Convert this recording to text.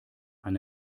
eine